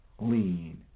lean